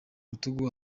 rutugu